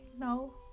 No